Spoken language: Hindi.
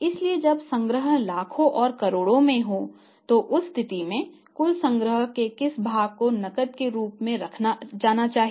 इसलिए जब संग्रह लाखों और करोड़ों में हो तो उस स्थिति में कुल संग्रह के किस भाग को नकद के रूप में रखा जाना चाहिए